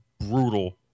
brutal